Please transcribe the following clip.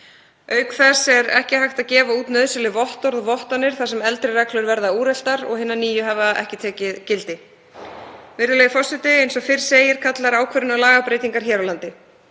Auk þess er ekki hægt að gefa út nauðsynleg vottorð og vottanir þar sem eldri reglur verða úreltar og hinar nýju hafa ekki tekið gildi. Virðulegur forseti. Eins og fyrr segir kallar ákvörðunin á lagabreytingar hér á landi.